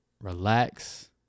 relax